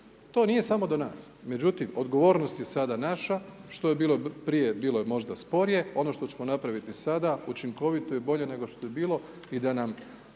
To nije samo do nas. Međutim, odgovornost je sada naša što je bilo prije, bilo je možda sporije ono što ćemo napraviti sada učinkovito i bolje nego što je bilo